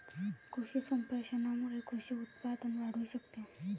कृषी संप्रेषणामुळे कृषी उत्पादन वाढू शकते